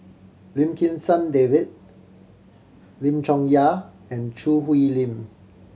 Lim Kim San David Lim Chong Yah and Choo Hwee Lim